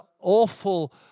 awful